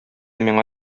миңа